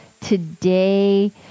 today